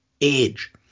age